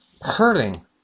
hurting